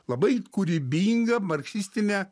labai kūrybinga marksistinė